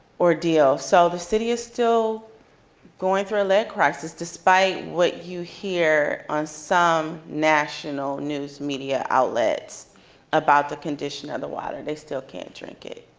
ordeal. so the city is still going through a lead crisis despite what you hear on some national news media outlets about the condition of the water. they still can't drink it.